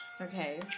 Okay